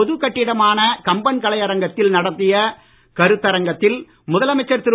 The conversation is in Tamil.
பொதுக் கட்டிடமான கம்பன் கலையரங்கத்தில் நடத்திய கருத்தரங்கத்தில் முதலமைச்சர் திரு